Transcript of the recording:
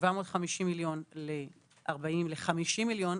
750,000,000 ל-50,000,000,